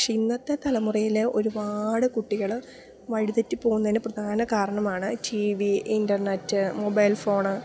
പക്ഷേ ഇന്നത്തെ തലമുറയിലെ ഒരുപാട് കുട്ടികള് വഴിതെറ്റിപ്പോകുന്നതിനു പ്രധാന കാരണമാണ് T V internet mobile phone